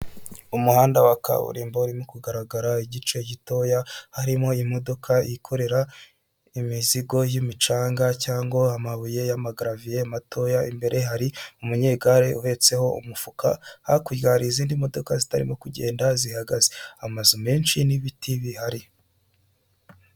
Umuhanda wa kaburimbo urimo kugaragara igice gitoya harimo imodoka ikorera imizigo y'imicanga cyangwa amabuye y'amagaraviye matoya, imbere hari umunyegare uhetseho umufuka, hakurya hari izindi modoka zitarimo kugenda zihagaze, amazu menshi n'ibiti bihari.